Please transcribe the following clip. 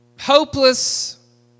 hopeless